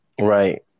Right